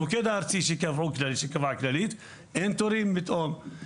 אבל במוקד הארצי שקבעה הכללית אין תורים פתאום.